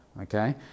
okay